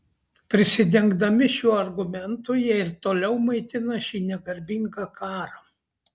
prisidengdami šiuo argumentu jie ir toliau maitina šį negarbingą karą